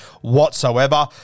whatsoever